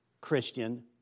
Christian